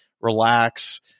relax